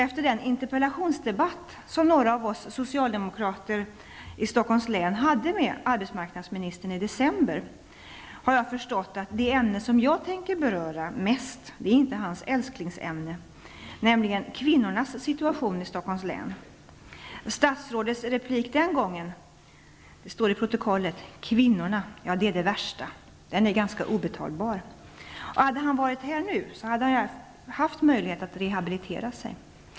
Efter den interpellationsdebatt som några av oss socialdemokrater i Stockholms län hade med arbetsmarknadsministern i december, har jag förstått att det ämne jag mest tänker beröra, nämligen kvinnornas situation i Stockholms län, inte är hans älsklingsämne. Statsrådets replik den gången, ''Kvinnorna, det är det värsta'', är ganska obetalbar. Hade han varit här nu hade han haft möjlighet att rehabilitera sig.